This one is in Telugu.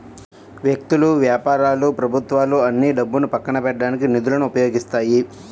వ్యక్తులు, వ్యాపారాలు ప్రభుత్వాలు అన్నీ డబ్బును పక్కన పెట్టడానికి నిధులను ఉపయోగిస్తాయి